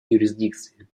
юрисдикции